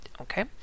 Okay